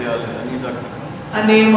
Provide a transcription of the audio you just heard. זה יעלה, אני אדאג לכך.